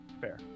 Fair